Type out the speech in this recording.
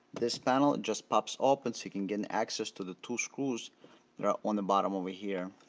this panel just pops open so you can get access to the two screws on the bottom over here.